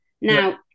now